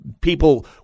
people